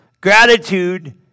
Gratitude